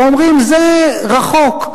או אומרים: זה רחוק.